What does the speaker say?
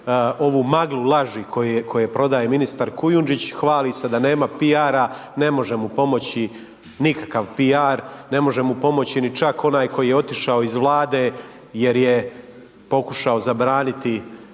ovu maglu laži koje prodaje ministar Kujundžić, hvali se da nema PR-a, ne može mu pomoći nikakav PR, ne može mu pomoći ni čak onaj koji je otišao iz Vlade jer je pokušao zabraniti